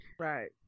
right